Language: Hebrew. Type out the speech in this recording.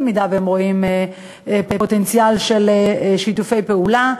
במידה שהם רואים פוטנציאל של שיתופי פעולה,